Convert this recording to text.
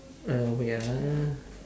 uh wait ah